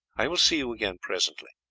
i will see you again presently.